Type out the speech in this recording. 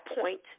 point